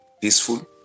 peaceful